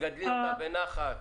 שתגדלי אותה בנחת